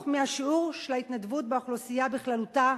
מהשיעור של ההתנדבות באוכלוסייה בכללותה.